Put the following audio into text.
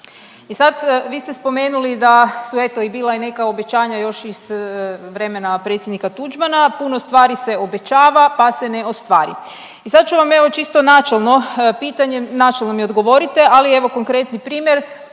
E sad, vi ste spomenuli da su, eto, bila i neka obećanja još iz vremena predsjednika Tuđmana, puno stvari se obećava pa se ne ostvari. I sad ću vam, evo, čisto načelno pitanje, načelno mi odgovorite, ali evo, konkretni primjer,